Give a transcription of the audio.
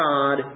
God